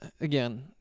Again